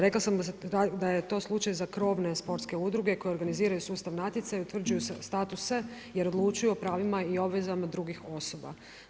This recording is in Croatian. Rekla sam da je to slučaj za krovne sportske udruge koje organiziraju sustav natječaja i utvrđuju statuse jer odlučuju o pravima i obvezama drugih osoba.